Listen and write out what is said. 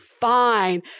fine